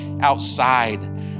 outside